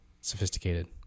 sophisticated